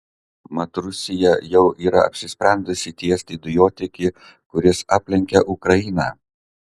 mat rusija jau yra apsisprendusi tiesti dujotiekį kuris aplenkia ukrainą